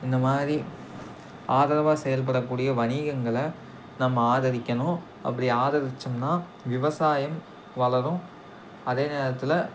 இந்த மாதிரி ஆதரவாக செயல்படக்கூடிய வணிகங்களை நம்ம ஆதரிக்கணும் அப்படி ஆதரிச்சம்னா விவசாயம் வளரும் அதே நேரத்தில்